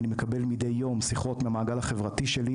אני מקבל מדי יום שיחות למעגל החברתי שלי,